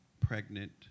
pregnant